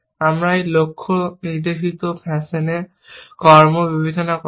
আমরা একটি লক্ষ্য নির্দেশিত ফ্যাশনে কর্ম বিবেচনা করা হয়